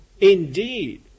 Indeed